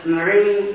Marine